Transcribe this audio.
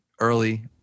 early